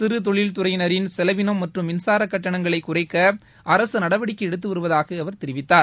சிறு தொழில் துறையினரின் செலவினம் மற்றும் மின்சார கட்டணங்களை குறைக்க அரசு நடவடிக்கை எடுத்து வருவதாக அவர் தெரிவித்தார்